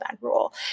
rule